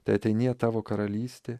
teateinie tavo karalystė